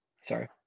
sorry